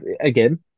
again